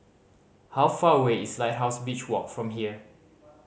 how far away is Lighthouse Beach Walk from here